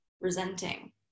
resenting